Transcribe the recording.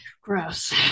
gross